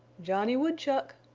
johnny woodchuck!